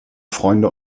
freunde